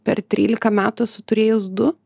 per trylika metų esu turėjus du